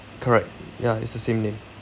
correct ya it's the same name